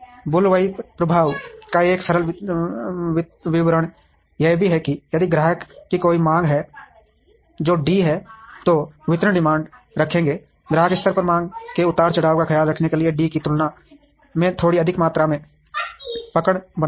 bullwhip प्रभाव का एक सरल विवरण यह है कि यदि ग्राहक की कोई मांग है जो डी है तो वितरक डिमांड रखेंगे ग्राहक स्तर पर मांग में उतार चढ़ाव का ख्याल रखने के लिए डी की तुलना में थोड़ी अधिक मात्रा में पकड़ बनाएंगे